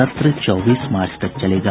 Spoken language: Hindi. सत्र चौबीस मार्च तक चलेगा